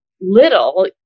little